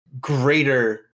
greater